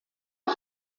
aux